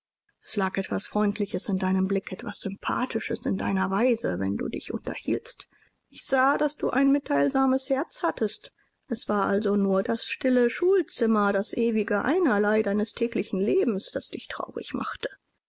es lag etwas freundliches in deinem blick etwas sympathisches in deiner weise wenn du dich unterhieltst ich sah daß du ein mitteilsames herz hattest es war also nur das stille schulzimmer das ewige einerlei deines täglichen lebens das dich traurig machte